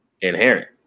inherent